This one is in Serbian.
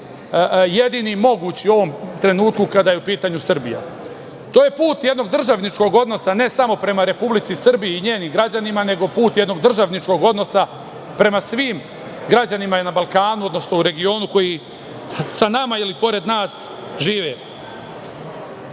jedini mogući u ovom trenutku, kada je u pitanju Srbija. To je put jednog državničkog odnosa ne samo prema Republici Srbiji i njenim građanima, nego put jednog državničkog odnosa prema svim građanima i na Balkanu, odnosno u regionu koji sa nama ili pored nas